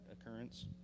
occurrence